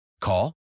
Call